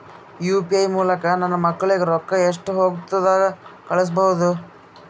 UPI ಮೂಲಕ ನನ್ನ ಮಕ್ಕಳಿಗ ರೊಕ್ಕ ಎಷ್ಟ ಹೊತ್ತದಾಗ ಕಳಸಬಹುದು?